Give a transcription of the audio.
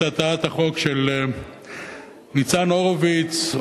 את הצעת החוק של ניצן הורוביץ,